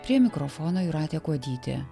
prie mikrofono jūratė kuodytė